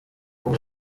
uwo